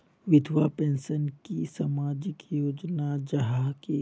विधवा पेंशन की सामाजिक योजना जाहा की?